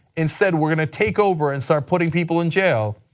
instead we're going to take over and start putting people in jail.